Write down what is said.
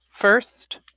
First